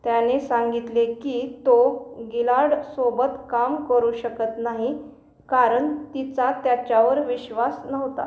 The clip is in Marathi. त्याने सांगितले की तो गिलाडसोबत काम करू शकत नाही कारण तिचा त्याच्यावर विश्वास नव्हता